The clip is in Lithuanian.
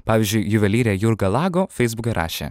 pavyzdžiui juvelyrė jurga lago feisbuke rašė